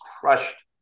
crushed